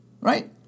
right